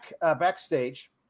backstage